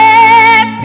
Yes